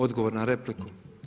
Odgovor na repliku.